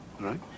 Right